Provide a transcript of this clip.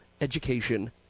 education